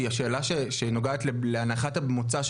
שהיא נוגעת להנחת המוצא,